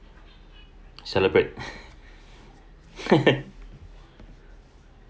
celebrate